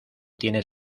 tiene